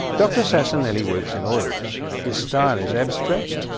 dr sasanelli works in oils, his style is abstract,